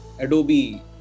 Adobe